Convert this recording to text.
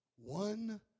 one